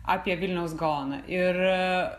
apie vilniaus gaoną ir